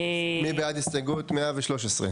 מי בעד הסתייגות 113?